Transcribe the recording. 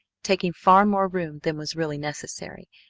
taking far more room than was really necessary,